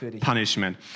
punishment